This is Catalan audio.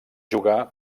jugar